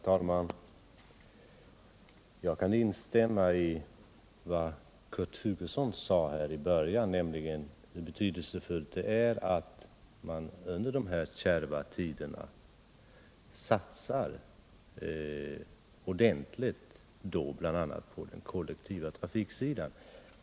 Herr talman! Jag kan instämma i vad Kurt Hugosson sade i början av sitt anförande, nämligen hur betydelsefullt det är att man under de här kärva tiderna satsar ordentligt på bl.a. den kollektiva trafiken.